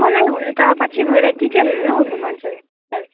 मलाई हुनु त पछि गएर टिचरहरू हुनु मन छ सर